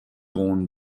born